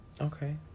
okay